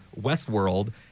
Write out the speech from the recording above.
Westworld